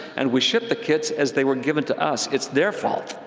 and we shipped the kits as they were given to us it's their fault.